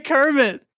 Kermit